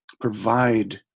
provide